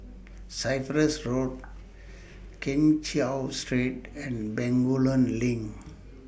Cyprus Road Keng Cheow Street and Bencoolen LINK